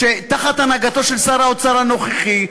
תחת הנהגתו של שר האוצר הנוכחי,